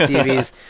TVs